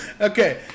Okay